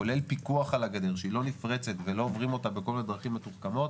כולל פיקוח על הגדר שהיא לא נפרצת ולא עוברים אותה בכל דרכים מתוחכמות,